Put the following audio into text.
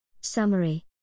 Summary